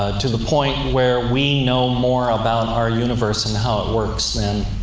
to the point and where we know more about our universe and how it works than